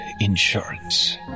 Insurance